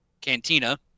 cantina